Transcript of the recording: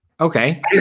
Okay